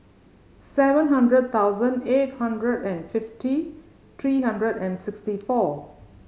seven hundred thousand eight hundred and fifty three hundred and sixty four